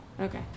Okay